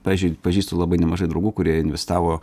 pavyzdžiui pažįstu labai nemažai draugų kurie investavo